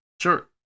Sure